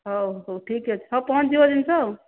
ହେଉ ହେଉ ଠିକ ଅଛି ହେଉ ପହଞ୍ଚିବ ଜିନିଷ ଆଉ